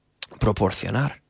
proporcionar